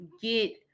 get